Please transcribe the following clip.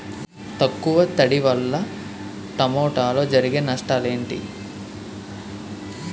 తక్కువ తడి వల్ల టమోటాలో జరిగే నష్టాలేంటి?